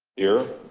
here.